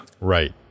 Right